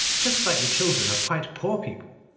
just like the children of quite poor people,